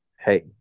hey